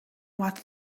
what